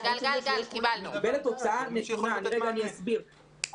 אני מתנצל.